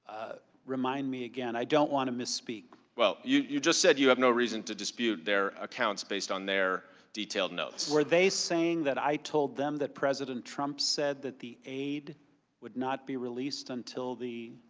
remind me again. i don't want to misspeak. you you just said you have no reason to dispute their accounts based on their detailed notes. were they saying that i told them that president trump said that the aid would not be released until the